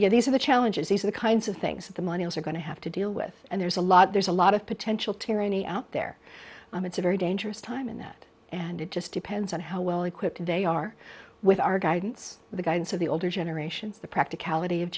know these are the challenges these are the kinds of things that the money has are going to have to deal with and there's a lot there's a lot of potential tyranny out there i'm it's a very dangerous time in that and it just depends on how well equipped they are with our guidance the guidance of the older generations the practicality of